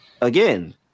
again